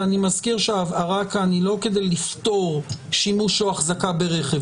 ואני מזכיר שהבהרה כאן היא לא כדי לפטור שימוש או החזקה ברכב,